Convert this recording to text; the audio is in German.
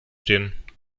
stehen